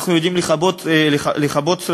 אנחנו יודעים לכבות שרפות.